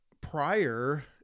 prior